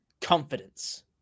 Confidence